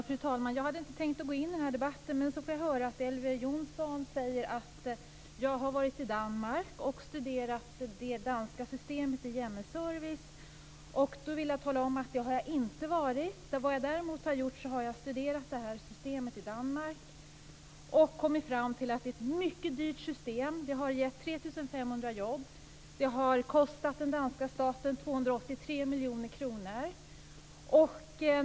Fru talman! Jag hade inte tänkt att gå in i denna debatt, men så fick jag höra att Elver Jonsson sade att jag har varit i Danmark och studerat det danska systemet i hjemmeservice. Jag vill tala om att jag inte har varit där. Vad jag däremot har gjort är att jag studerat systemet i Danmark och kommit fram till att det är ett mycket dyrt system. Det har gett 3 500 jobb, och det har kostat den danska staten 283 miljoner kronor.